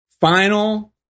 final